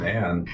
Man